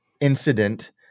incident